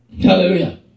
hallelujah